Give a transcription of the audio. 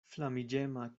flamiĝema